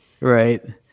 Right